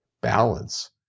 balance